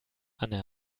anne